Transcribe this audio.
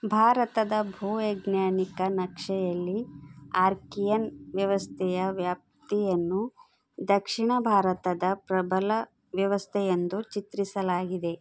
ಭಾರತದ ಭೂ ವೈಜ್ಞಾನಿಕ ನಕ್ಷೆಯಲ್ಲಿ ಆರ್ಕಿಯನ್ ವ್ಯವಸ್ಥೆಯ ವ್ಯಾಪ್ತಿಯನ್ನು ದಕ್ಷಿಣ ಭಾರತದ ಪ್ರಬಲ ವ್ಯವಸ್ಥೆ ಎಂದು ಚಿತ್ರಿಸಲಾಗಿದೆ